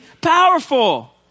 powerful